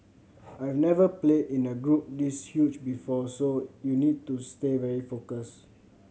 I have never played in a group this huge before so you need to stay very focused